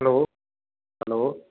hello hello